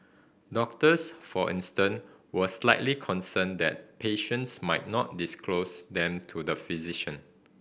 doctors for instant were slightly concerned that patients might not disclose them to the physician